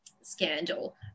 scandal